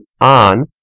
on